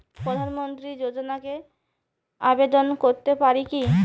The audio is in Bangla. প্রধানমন্ত্রী যোজনাতে আবেদন করতে পারি কি?